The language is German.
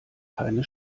keine